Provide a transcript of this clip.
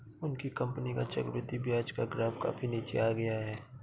उनकी कंपनी का चक्रवृद्धि ब्याज का ग्राफ काफी नीचे आ गया है